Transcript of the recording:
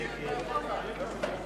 הצעת סיעת קדימה